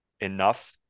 enough